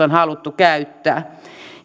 on haluttu käyttää